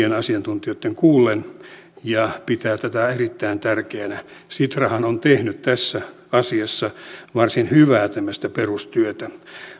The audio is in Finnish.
asiaa monia asiantuntijoita kuullen ja pitää tätä erittäin tärkeänä sitrahan on tehnyt tässä asiassa varsin hyvää tämmöistä perustyötä